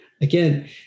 Again